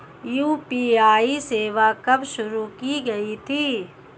UPI सेवा कब शुरू की गई थी?